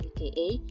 aka